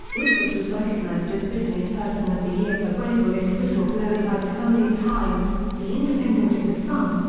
woodford was recognised as businessperson of the year for bravery and whistleblowing by the sunday times, the independent and the sun,